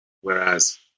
Whereas